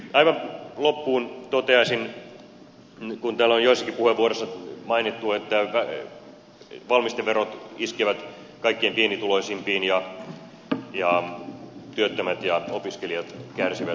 aivan loppuun toteaisin kun täällä on joissakin puheenvuoroissa mainittu että valmisteverot iskevät kaikkein pienituloisimpiin ja työttömät ja opiskelijat kärsivät